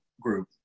group